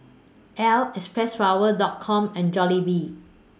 Elle Xpressflower Dot Com and Jollibee